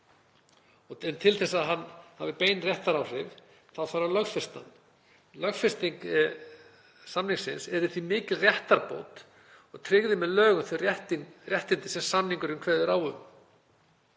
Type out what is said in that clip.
Til þess að hann hafi bein réttaráhrif þarf að lögfesta hann. Lögfesting samningsins yrði því mikil réttarbót og tryggði með lögum þau réttindi sem samningurinn kveður á um.